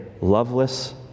loveless